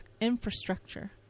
infrastructure